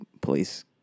police